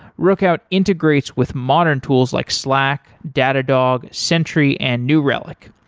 rookout integrates with modern tools, like slack, datadog, sentry and new relic.